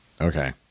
okay